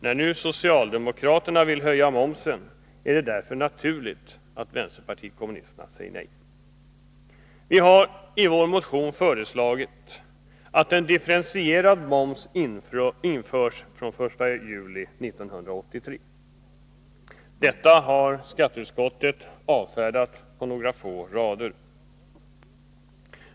När nu socialdemokraterna vill höja momsen, är det därför naturligt att vänsterpartiet kommunisterna säger nej. Vi har i vår motion föreslagit att en differentierad moms införs fr.o.m. den 1 juli 1983. Detta har skatteutskottet avfärdat på några få rader.